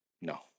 No